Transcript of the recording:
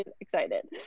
excited